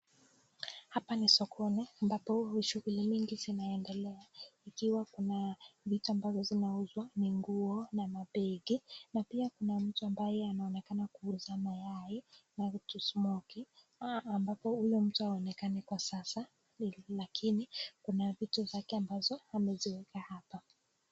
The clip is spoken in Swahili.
Hapa ni sokoni ambapo shughuli mingi zinaendelea, ikiwa kuna vitu ambavyo vinauzwa ni nguo na mabegi na pia kuna mtu ambaye anaonekana kuuza mayai na tu smokie, ambapo huyo mtu haonekani kwa sasa, lakini kuna vitu vyake ambavyo ameviweka hapa.